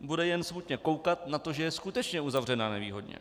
Bude jen smutně koukat, že je skutečně uzavřena nevýhodně.